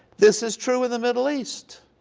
this is true in the middle east.